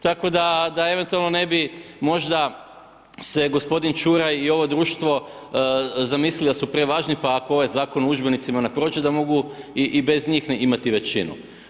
Tako da eventualno ne bi možda se gospodin Ćuraj i ovo društvo zamislili da su prevažni, pa ovaj Zakon o udžbenicima ne prođe da mogu i bez njih imati većinu.